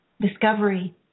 discovery